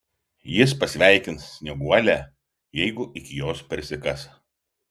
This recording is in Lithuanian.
jis pasveikins snieguolę jeigu iki jos prisikas